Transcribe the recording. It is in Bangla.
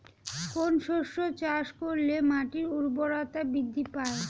কোন শস্য চাষ করলে মাটির উর্বরতা বৃদ্ধি পায়?